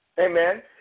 amen